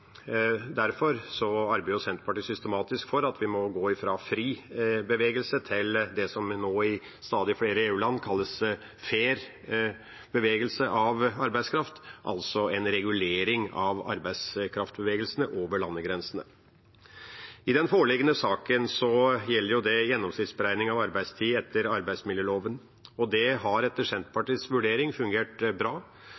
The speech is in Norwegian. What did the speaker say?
Derfor arbeider Senterpartiet systematisk for at vi må gå fra fri bevegelse til det som i stadig flere EU-land kalles fair bevegelse av arbeidskraft, altså en regulering av bevegelsene av arbeidskraft over landegrensene. Den foreliggende saken gjelder gjennomsnittsberegning av arbeidstid etter arbeidsmiljøloven. Det har etter Senterpartiets vurdering fungert bra, og det har